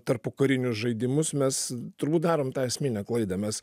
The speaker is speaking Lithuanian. tarpukarinius žaidimus mes turbūt darom tą esminę klaidą mes